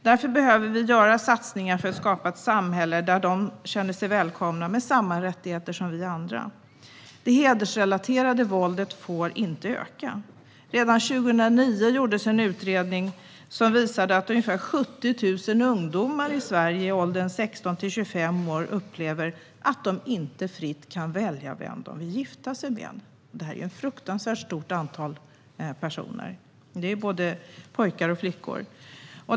Därför behöver vi satsa för att skapa ett samhälle där dessa kvinnor känner sig välkomna och har samma rättigheter som vi andra. Det hedersrelaterade våldet får inte öka. Redan 2009 gjordes en utredning som visade att ungefär 70 000 ungdomar i Sverige i åldern 16-25 år upplever att de inte fritt kan välja vem de vill gifta sig med. Det är ett fruktansvärt stort antal personer, både pojkar och flickor.